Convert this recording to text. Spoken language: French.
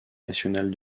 nationale